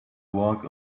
walk